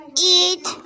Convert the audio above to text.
eat